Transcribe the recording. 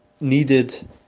needed